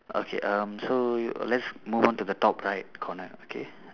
okay um so let's move on to the top right corner okay